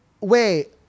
wait